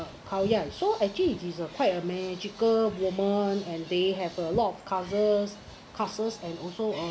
khao yai so actually this a quite a magical moment and they have a lot of covers classes and also uh